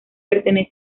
pertenece